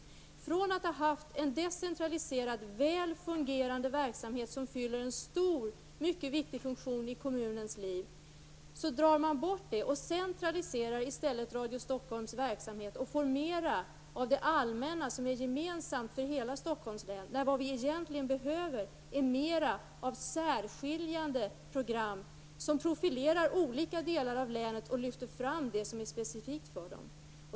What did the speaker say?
Från att ha haft en decentraliserad, väl fungerande verksamhet som fyllt en stor och mycket viktig funktion i kommunens liv dras detta bort och Radio Stockholms verksamhet centraliseras i stället. Då får man mer av det allmänna, som är gemensamt för hela Stockholms län, när det vi egentligen behöver är mer av särskiljande program, som profilerar olika delar av länet och lyfter fram det som är specifikt för dem.